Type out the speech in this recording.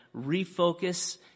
refocus